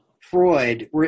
Freud